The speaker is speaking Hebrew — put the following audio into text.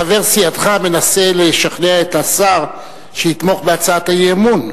חבר סיעתך מנסה לשכנע את השר שיתמוך בהצעת האי-אמון.